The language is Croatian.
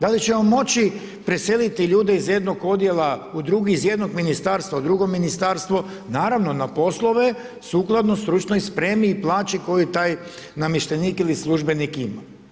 Da li ćemo moći preseliti ljude iz jednog odjela u drugi, iz jednog ministarstva u drugo ministarstvo, naravno na poslove sukladno stručnoj spremi i plaći koji taj namještenik ili službenik ima.